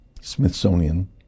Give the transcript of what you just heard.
Smithsonian